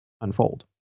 unfold